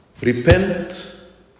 repent